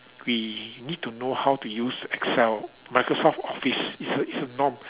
we need to know how to use Excel Microsoft Office it's a it's a norm